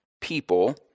people